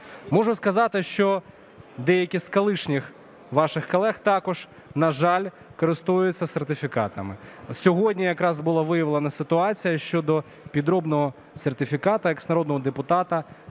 Можу сказати, що деякі з колишніх ваших колег також, на жаль, користуються сертифікатами. Сьогодні якраз була виявлена ситуація щодо підробного сертифікату екснародного депутата